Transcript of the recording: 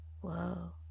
Whoa